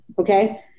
Okay